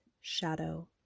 shadow